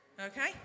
okay